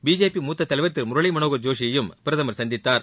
BJP மூத்த தலைவர் திரு முரளி மனோகர் ஜோஷியையும் பிரதமர் சந்தித்தார்